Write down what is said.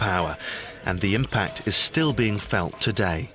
power and the impact is still being felt today